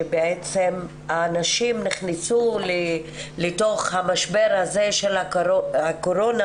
שבעצם הנשים נכנסו לתוך המשבר הזה של הקורונה